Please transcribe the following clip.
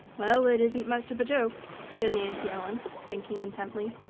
well, it isn't much of a joke, said nancy ellen, thinking intently.